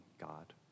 God